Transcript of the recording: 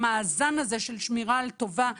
במאזן הזה של שמירה על טובה והגנה,